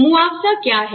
मुआवजा क्या है